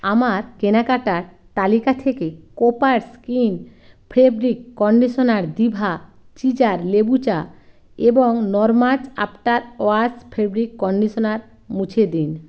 আমার কেনাকাটার তালিকা থেকে কোপার্স ক্লিন ফ্রেব্রিক কন্ডিশনার দিভা চিচার লেবু চা এবং নরমাচ আফটার ওয়াশ ফেব্রিক কন্ডিশনার মুছে দিন